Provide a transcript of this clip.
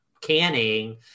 canning